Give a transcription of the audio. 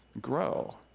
grow